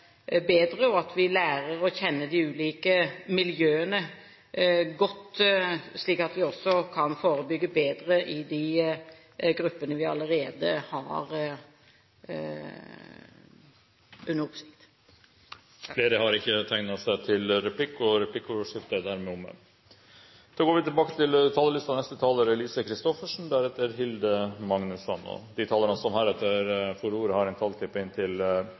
bedre og at vi lærer å kjenne de ulike miljøene godt, slik at vi også kan forbygge bedre i de gruppene vi allerede har under oppsikt. Flere har ikke bedt om ordet til replikk. De talere som heretter får ordet, har en taletid på inntil 3 minutter. Jeg vil også takke for debatten. Jeg støtter forslagsstillerne 100 pst. når de